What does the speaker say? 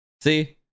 See